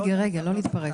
רגע, לא להתפרץ.